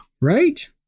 right